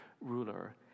ruler